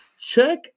check